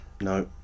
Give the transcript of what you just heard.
no